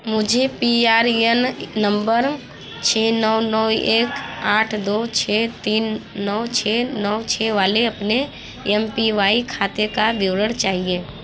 मुझे P R A N number छः नौ नौ एक आठ दो छः तीन नौ छः नौ छः वाले अपने ए पी वाई खाते का विवरण चाहिए